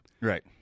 Right